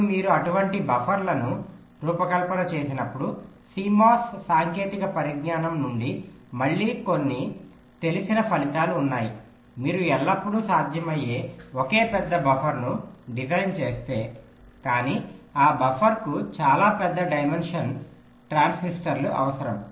ఇప్పుడు మీరు అటువంటి బఫర్లను రూపకల్పన చేసినప్పుడు CMOS సాంకేతిక పరిజ్ఞానం నుండి మళ్ళీ కొన్ని తెలిసిన ఫలితాలు ఉన్నాయి మీరు ఎల్లప్పుడూ సాధ్యమయ్యే ఒకే పెద్ద బఫర్ను డిజైన్ చేస్తే కానీ ఆ బఫర్కు చాలా పెద్ద డైమెన్షన్ ట్రాన్సిస్టర్లు అవసరం